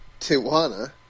Tijuana